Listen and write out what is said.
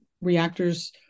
reactors